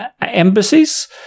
embassies